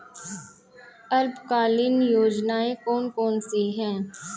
अल्पकालीन योजनाएं कौन कौन सी हैं?